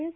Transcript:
S